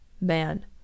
Man